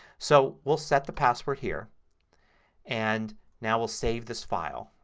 so we'll set the password here and now we'll save this file.